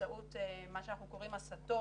באמצעות מה שאנחנו קוראים הסטות,